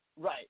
right